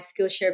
Skillshare